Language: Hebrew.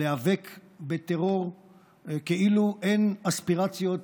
להיאבק בטרור כאילו אין אספירציות